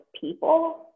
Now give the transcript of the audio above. people